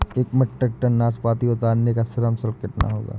एक metric ton नाशपाती उतारने का श्रम शुल्क कितना होगा?